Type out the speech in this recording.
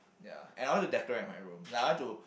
ya and I want to decorate my room like I want to